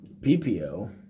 P-P-O